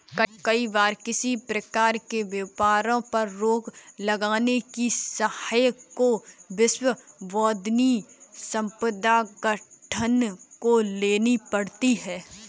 कई बार किसी प्रकार के व्यापारों पर रोक लगाने की सलाह भी विश्व बौद्धिक संपदा संगठन को लेनी पड़ती है